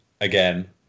again